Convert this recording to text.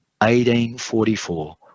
1844